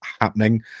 happening